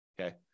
okay